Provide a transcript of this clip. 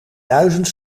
duizend